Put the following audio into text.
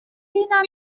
hunan